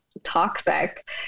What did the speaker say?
toxic